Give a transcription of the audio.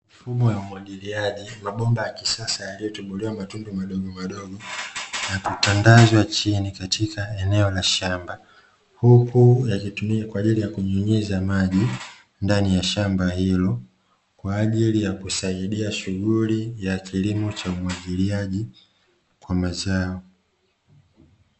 Mfumo wa umwagiliaji mabomba ya kisasa yaliotobolewa matundu madogo madogo na kutandazwa chini katika eneo la shamba, huku yakitumika kwa ajili ya kunyunyiza maji ndani ya shamba hilo; kwa ajili ya kusaidia shughuli ya umwagiliaji kwa mazao.